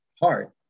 heart